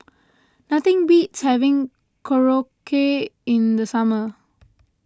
nothing beats having Korokke in the summer